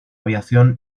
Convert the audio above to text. aviación